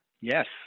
Yes